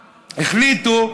החליטו,